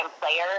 player